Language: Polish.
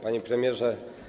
Panie Premierze!